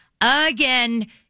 again